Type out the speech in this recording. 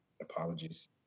Apologies